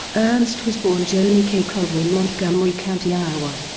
ernst was born joni kay culver in montgomery county, iowa,